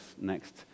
next